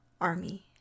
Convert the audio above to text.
ARMY